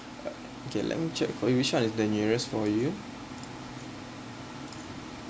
uh okay let me check for you which one is the nearest for you